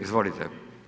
Izvolite.